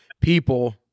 people